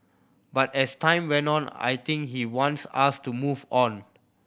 but as time went on I think he wants us to move on